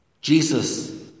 Jesus